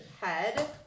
head